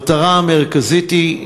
המטרה המרכזית היא,